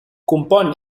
compon